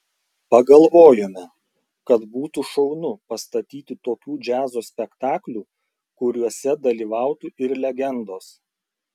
pagalvojome kad būtų šaunu pastatyti tokių džiazo spektaklių kuriuose dalyvautų ir legendos